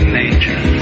nature